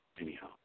Anyhow